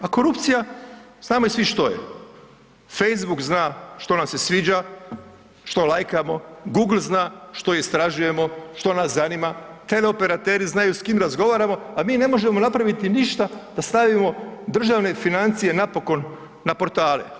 A korupcija, znamo i svi što je, facebook zna što nam se sviđa, što lajkamo, google zna što istražujemo što nas zanima, teleoperateri znaju s kim razgovaramo, a mi ne možemo napraviti ništa da stavimo državne financije napokon na portale.